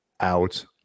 out